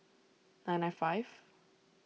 nine nine five